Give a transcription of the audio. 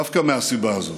דווקא מהסיבה הזאת: